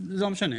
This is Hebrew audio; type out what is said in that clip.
לא משנה,